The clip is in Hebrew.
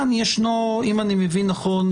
אם אני מבין נכון,